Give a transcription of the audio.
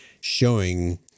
showing